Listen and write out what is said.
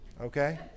okay